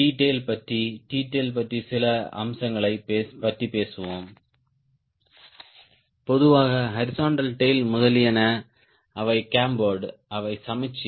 T tail பற்றி T tail பற்றி சில அம்சங்களைப் பற்றி பேசுவோம் பொதுவாக ஹாரிஸ்ன்ட்டல் டேய்ல் முதலியன அவை கேம்பேர்ட் அவை சமச்சீர்